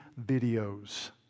videos